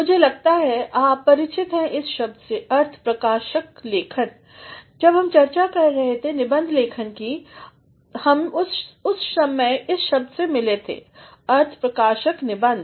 मुझे लगता है आप परिचित हैं इस शब्द अर्थप्रकाशक लेखन से जब हम चर्चा कर रहे हैं निबंध लेखन की हम इस शब्द मिले थे अर्थप्रकाशक निबंध